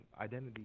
identity